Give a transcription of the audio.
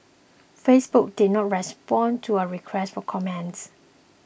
Facebook did not respond to a request for comments